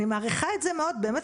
אני רוצה לתאר לכם את המצב.